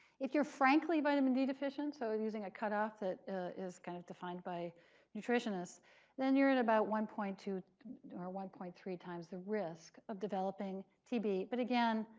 if you're frankly vitamin d deficient so and using a cutoff that is kind of defined by nutritionists then you're at about one point two or one point three times the risk of developing tb. but again,